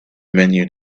menu